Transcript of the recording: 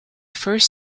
first